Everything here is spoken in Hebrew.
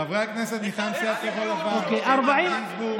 חברי הכנסת, מטעם סיעת כחול לבן, איתן גינזבורג.